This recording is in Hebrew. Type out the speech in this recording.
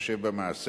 בהתחשב במעשה.